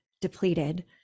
depleted